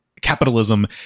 capitalism